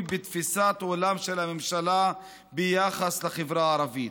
בתפיסת העולם של הממשלה ביחס לחברה הערבית.